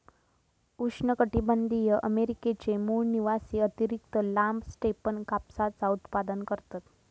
उष्णकटीबंधीय अमेरिकेचे मूळ निवासी अतिरिक्त लांब स्टेपन कापसाचा उत्पादन करतत